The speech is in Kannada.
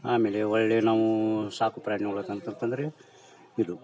ಆಮೇಲೆ ಒಳ್ಳೆಯ ನಾವೂ ಸಾಕು ಪ್ರಾಣಿಗಳು ಅಂತಂತಂದ್ರೆ ಇದು